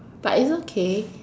but it's okay